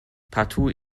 partout